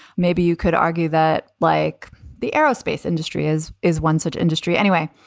maybe you could argue that, like the aerospace industry is is one such industry anyway.